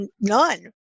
none